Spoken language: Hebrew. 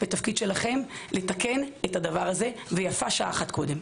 והתפקיד שלכם לתקן את הדבר הזה ויפה שעה אחת קודם.